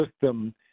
system